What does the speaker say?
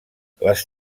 les